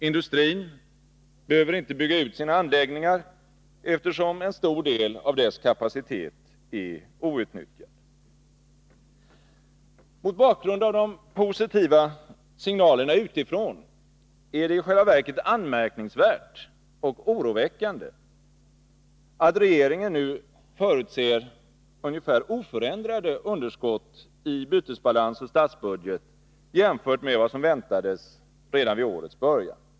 Industrin behöver inte bygga ut sina anläggningar, eftersom en stor del av dess kapacitet är outnyttjad. Mot bakgrund av de positiva signalerna utifrån, är det i själva verket anmärkningsvärt och oroväckande att regeringen nu förutser ungefär oförändrade underskott i bytesbalans och statsbudget jämfört med vad som väntades redan vid årets början.